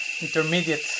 intermediate